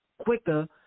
quicker